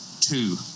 two